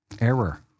error